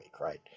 right